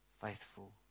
Faithful